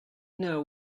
know